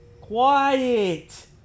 Quiet